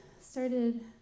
started